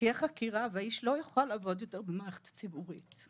שתהיה חקירה והאיש לא יוכל לעבוד יותר במערכת הציבורית,